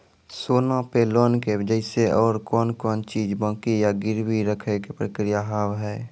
सोना पे लोन के जैसे और कौन कौन चीज बंकी या गिरवी रखे के प्रक्रिया हाव हाय?